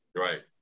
Right